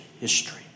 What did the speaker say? history